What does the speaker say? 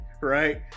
right